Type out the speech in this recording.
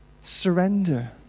surrender